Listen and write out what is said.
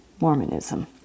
Mormonism